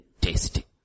tasty